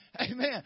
Amen